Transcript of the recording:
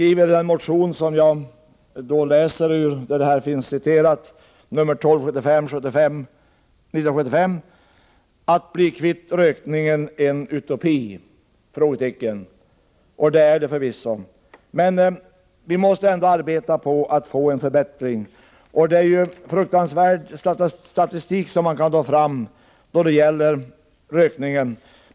I min motion, 1975:1275, från vilket detta är hämtat skriver jag: ”Att bli kvitt rökningen — en utopi?” Det är det förvisso. Vi måste ändå arbeta på att få en förbättring. Man kan ta fram fruktansvärd statistik om rökningen.